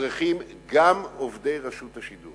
צריכים גם עובדי רשות השידור